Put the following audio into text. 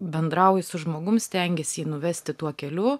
bendrauji su žmogum stengiesi jį nuvesti tuo keliu